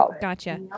Gotcha